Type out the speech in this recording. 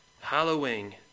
hallowing